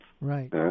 Right